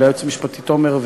ליועץ המשפטי תומר,